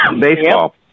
Baseball